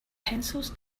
pencils